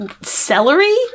celery